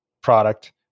product